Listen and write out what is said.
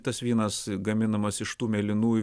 tas vynas gaminamas iš tų mėlynųjų